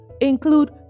include